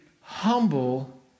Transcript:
humble